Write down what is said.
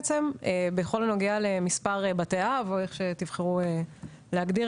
בכל הנוגע למספר בתי אב או איך שתבחרו להגדיר